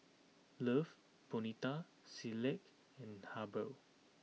Love Bonito Similac and Habhal